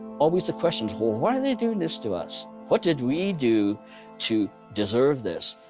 always the questions well, why are they doing this to us? what did we do to deserve this?